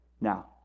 Now